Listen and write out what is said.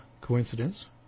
coincidence